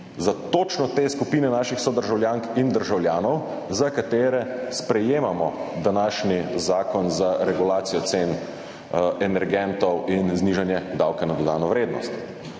za točno te skupine naših sodržavljank in sodržavljanov, za katere sprejemamo današnji zakon za regulacijo cen energentov in znižanje davka na dodano vrednost.